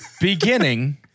beginning